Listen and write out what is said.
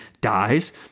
dies